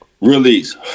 release